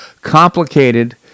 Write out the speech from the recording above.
complicated